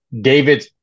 David